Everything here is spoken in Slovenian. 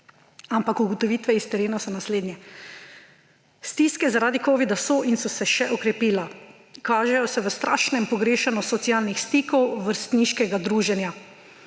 Ampak ugotovitve s terena so naslednje: »Stiske zaradi covida so in so se še okrepila, kažejo se v strašnem pogrešanju socialnih stikov, vrstniškega druženja.«